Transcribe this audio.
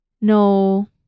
No